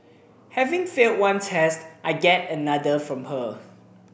having failed one test I get another from her